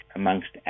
amongst